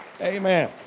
Amen